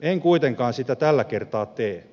en kuitenkaan sitä tällä kertaa tee